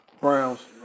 Browns